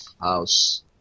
house